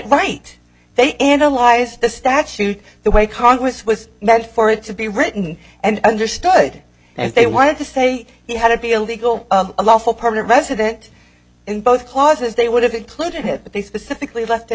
right they analyze the statute the way congress was meant for it to be written and understood and they wanted to say he had to be a legal a lawful permanent resident in both clauses they would have included it but they specifically left it